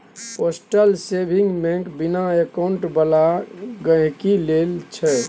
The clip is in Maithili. पोस्टल सेविंग बैंक बिना अकाउंट बला गहिंकी लेल छै